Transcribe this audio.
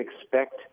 expect